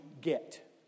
get